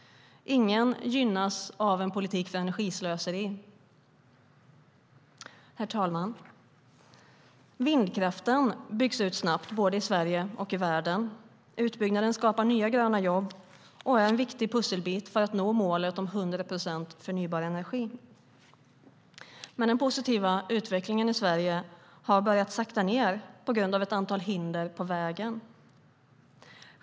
Ingen gynnas av en politik för energislöseri. Herr talman! Vindkraften byggs ut snabbt i både Sverige och världen. Utbyggnaden skapar nya gröna jobb och är en viktig pusselbit för att nå målet om 100 procent förnybar energi. Men den positiva utvecklingen i Sverige har börjat sakta ned på grund av ett antal hinder på vägen.